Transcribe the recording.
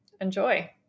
Enjoy